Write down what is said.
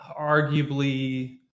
arguably